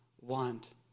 want